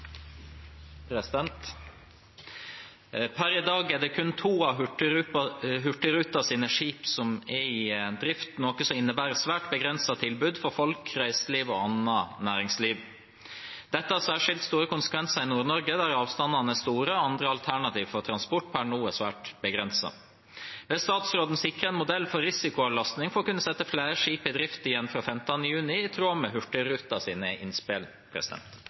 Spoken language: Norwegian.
i drift, noe som innebærer et svært begrenset tilbud for folk, reiseliv og annet næringsliv. Dette har særskilt store konsekvenser i Nord-Norge, der avstandene er store og andre alternativer for transport pr. nå er svært begrenset. Vil statsråden sikre en modell for risikoavlastning for å kunne sette flere skip i drift igjen fra 15. juni, i tråd med Hurtigrutens innspill?»